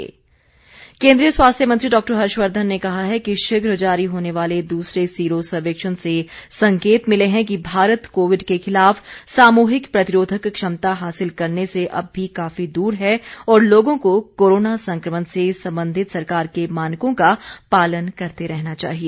हर्षवर्धन केन्द्रीय स्वास्थ्य मंत्री डॉक्टर हर्षवर्धन ने कहा है कि शीघ्र जारी होने वाले दूसरे सीरो सर्वेक्षण से संकेत मिले हैं कि भारत कोविड के खिलाफ सामूहिक प्रतिरोधक क्षमता हासिल करने से अब भी काफी दूर है और लोगों को कोरोना संक्रमण से संबंधित सरकार के मानकों का पालन करते रहना चाहिए